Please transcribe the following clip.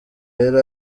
yari